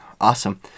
awesome